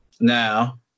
Now